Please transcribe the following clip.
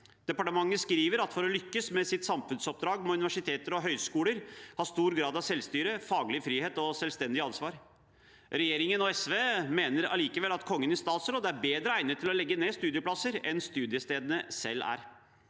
Departementet skriver at for å lykkes med sitt samfunnsoppdrag må universiteter og høyskoler ha stor grad av selvstyre, faglig frihet og selvstendig ansvar. Regjeringen og SV mener allikevel at Kongen i statsråd er bedre egnet til å legge ned studieplasser enn det studiestedene selv er.